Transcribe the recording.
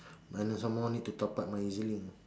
minus some more need to top up my E_Z link